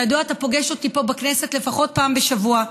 כידוע, אתה פוגש אותי פה בכנסת לפחות פעם בשבוע.